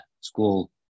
school